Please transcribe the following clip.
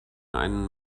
einen